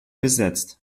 besetzt